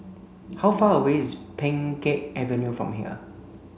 how far away is Pheng Geck Avenue from here